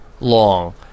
long